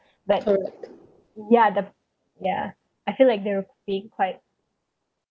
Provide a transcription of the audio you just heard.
but ya the ya I feel like they're being quite